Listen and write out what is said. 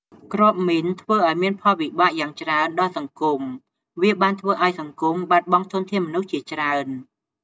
គ្រាប់មីនធ្វើឲ្យមានផលវិបាកយ៉ាងច្រើនដល់សង្គម វាបានធ្វើឲ្យសង្គមបាត់បង់ធនធានមនុស្សជាច្រើន។